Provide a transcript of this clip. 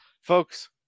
folks